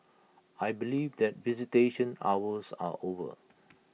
I believe that visitation hours are over